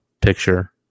picture